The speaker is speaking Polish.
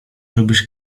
lubisz